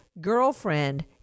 girlfriend